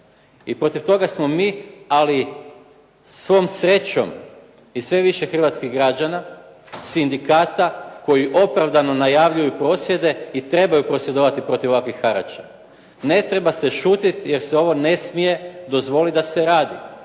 i protiv toga smo mi, ali svom srećom i sve više hrvatskih građana, sindikata koji opravdano najavljuju prosvjede i trebaju prosvjedovati protiv ovakvih harača. Ne treba se šutjeti jer se ovo ne smije dozvoliti da se radi.